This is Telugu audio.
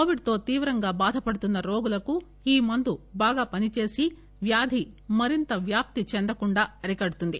కోవిడ్ తో తీవ్రంగా బాధపడుతున్న రోగులకు ఈ మందు బాగా పనిచేసి వ్యాధి మరింత వ్యాప్తి చేందకుండా అరికడుతుంది